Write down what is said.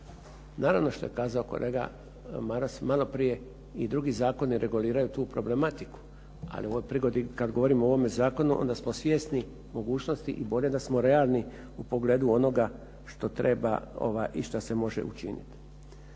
Naravno što je kazao kolega Maras malo prije i drugi zakoni reguliraju tu problematiku, ali u ovoj prigodi kad govorimo o ovome zakonu onda smo svjesni mogućnosti i bolje da smo realni u pogledu onoga što treba i što se može učiniti.